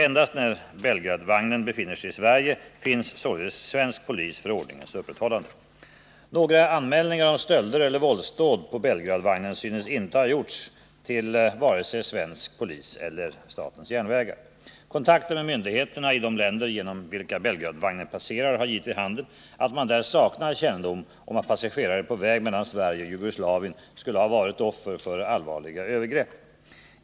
Endast när Belgradvagnen befinner sig i Sverige finns således svensk polis för ordningens upprätthållande. Några anmälningar om stölder eller våldsdåd på Belgradvagnen synes inte ha gjorts till vare sig svensk polis eller SJ. Kontakter med myndigheterna i de länder genom vilka Belgradvagnen passerar har givit vid handen att man där saknar kännedom om att passagerare på väg mellan Sverige och Jugoslavien skulle ha varit offer för allvarliga övergrepp.